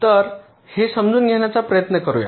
तर हे समजून घेण्याचा प्रयत्न करूया